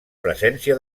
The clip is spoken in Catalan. presència